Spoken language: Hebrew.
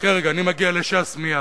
חכה רגע, אני מגיע לש"ס מייד.